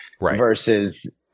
versus